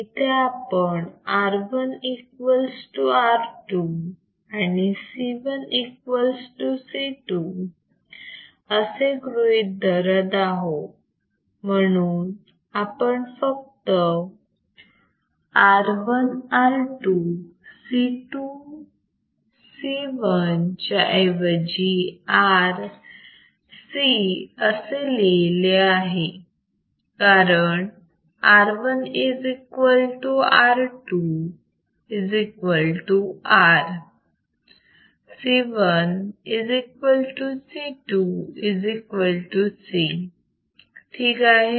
इथे आपण R1 equal to R2 and C1 equal to C2 असे गृहीत धरत आहोत म्हणून आपण फक्त R1 R2 C1 C2 च्या ऐवजी R C असे लिहिले आहे कारण R1R2R C1C2C ठीक आहे